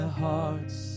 heart's